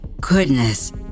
goodness